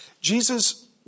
Jesus